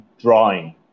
drawing